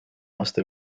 aasta